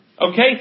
Okay